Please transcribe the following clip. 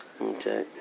Okay